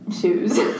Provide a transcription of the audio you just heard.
shoes